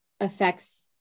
affects